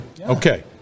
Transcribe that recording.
Okay